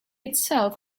itself